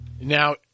Now